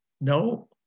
No